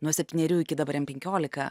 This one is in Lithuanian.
nuo septynerių iki dabar jam penkiolika